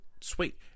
sweet